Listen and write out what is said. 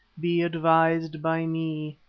be advised by me.